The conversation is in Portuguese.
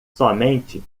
somente